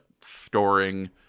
storing